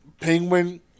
Penguin